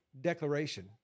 declaration